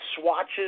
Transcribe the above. swatches